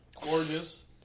gorgeous